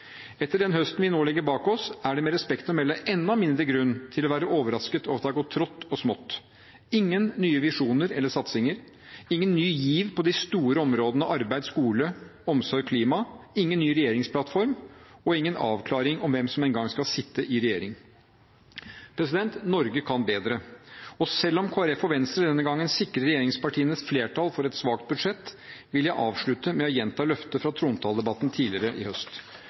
Etter den høsten vi nå legger bak oss, er det med respekt å melde enda mindre grunn til å være overrasket over at det har gått trått og smått. Ingen nye visjoner eller satsinger, ingen ny giv på de store områdene som arbeid, skole, omsorg og klima, ingen ny regjeringsplattform og ingen avklaring om hvem som en gang skal sitte i regjering. Norge kan bedre. Og selv om Venstre og Kristelig Folkeparti denne gangen sikrer regjeringspartiene flertall for et svakt budsjett, vil jeg avslutte med å gjenta løftet fra trontaledebatten tidligere i høst: